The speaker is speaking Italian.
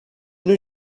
noi